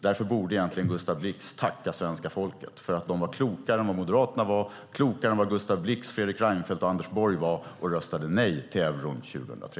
Därför borde egentligen Gustav Blix tacka svenska folket för att de var klokare än vad Moderaterna var - de var klokare än vad Gustav Blix, Fredrik Reinfeldt och Anders Borg var - och röstade nej till euron 2003.